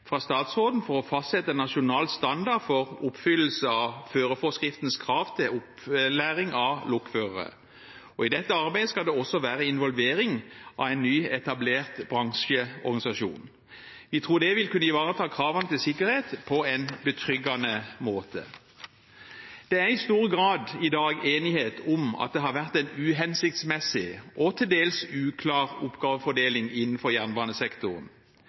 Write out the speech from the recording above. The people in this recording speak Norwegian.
fra statsråden for å fastsette en nasjonal standard for oppfyllelse av førerforskriftens krav til opplæring av lokførere. I dette arbeidet skal det også være involvering av en nyetablert bransjeorganisasjon. Vi tror det vil kunne ivareta kravene til sikkerhet på en betryggende måte. Det er i dag i stor grad enighet om at det har vært en uhensiktsmessig og til dels uklar oppgavefordeling innenfor jernbanesektoren.